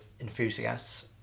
enthusiasts